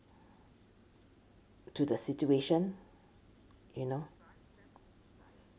to the situation you know